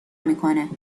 میکنه